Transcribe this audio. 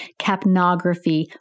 capnography